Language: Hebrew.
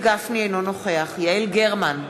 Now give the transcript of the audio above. אינו נוכח יעל גרמן,